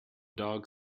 dog